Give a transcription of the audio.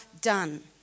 done